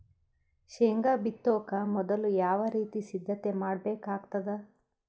ಶೇಂಗಾ ಬಿತ್ತೊಕ ಮೊದಲು ಯಾವ ರೀತಿ ಸಿದ್ಧತೆ ಮಾಡ್ಬೇಕಾಗತದ?